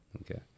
Okay